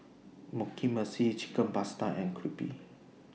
Mugi Meshi Chicken Pasta and Crepe